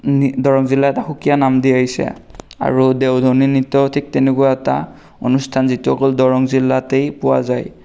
দৰং জিলাক এক সুকীয়া নাম দি আহিছে আৰু দেওধনী নৃত্যও ঠিক তেনেকুৱা এটা অনুষ্ঠান যিটো অকল দৰং জিলাতেই পোৱা যায়